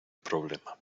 problema